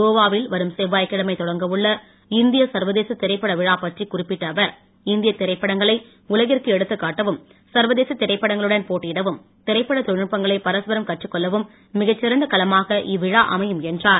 கோவா வில் வரும் செவ்வாய் கிழமை தொடங்கவுள்ள இந்திய சர்வதேச திரைப்பட விழா பற்றிக் குறிப்பிட்ட அவர் இந்தியத் திரைப்படங்களை உலகிற்கு எடுத்துக் காட்டவும் சர்வ தேச திரைப்படங்களுடன் போட்டியிடவும் திரைப்படத் தொழில்நுட்பங்களை பரஸ்பரம் கற்றுக்கொள்ளவும் மிகச்சிறந்த களமாக இவ்விழா அமையும் என்றார்